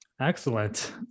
Excellent